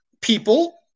people